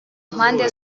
mpande